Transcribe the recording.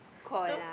so